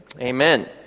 Amen